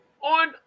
on